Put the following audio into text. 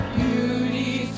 beauty